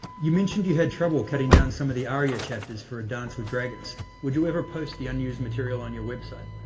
you mentioned you had trouble cutting down some of the arya chapters for a dance with dragons. would you ever post the unused material on your website?